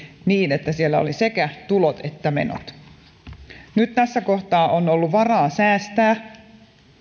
niin että siellä olivat sekä tulot että menot nyt tässä kohtaa on ollut varaa säästää